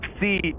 see